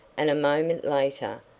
and a moment later,